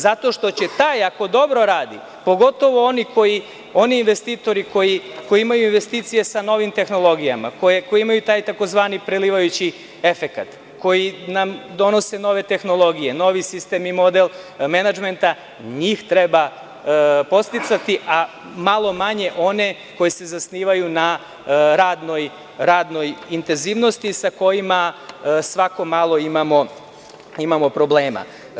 Zato što će taj, ako dobro radi, pogotovo oni investitori koji imaju investicije sa novim tehnologijama, koji imaju taj tzv. prelivajući efekat, koji nam donose nove tehnologije, novi sistem i model menadžmenta, njih treba podsticati, a malo manje one koji se zasnivaju na radnoj intenzivnosti, sa kojima svako malo imamo problema.